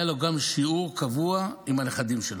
היה לו גם שיעור קבוע עם הנכדים שלו,